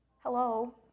Hello